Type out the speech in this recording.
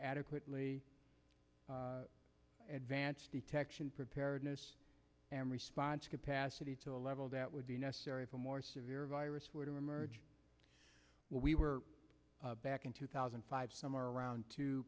adequately advance detection preparedness and response capacity to a level that would be necessary for a more severe virus to emerge we were back in two thousand and five somewhere around two